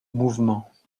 mouvements